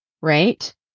right